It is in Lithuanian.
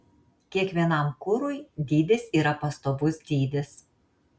kiekvienam kurui dydis yra pastovus dydis